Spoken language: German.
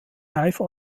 live